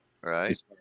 Right